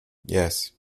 yes